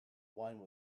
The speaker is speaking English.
wine